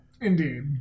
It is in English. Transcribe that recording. Indeed